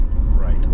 Right